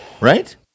right